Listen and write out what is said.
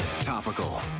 Topical